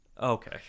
Okay